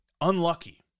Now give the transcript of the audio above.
Unlucky